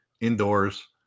Indoors